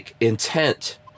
intent